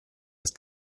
ist